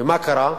ומה קרה?